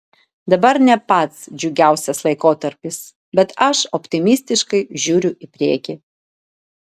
dabar ne pats džiugiausias laikotarpis bet aš optimistiškai žiūriu į priekį